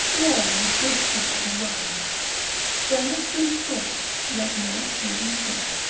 warm with good cheer and wine then of sweet sports let no occasion scape,